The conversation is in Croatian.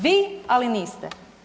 Vi, ali niste.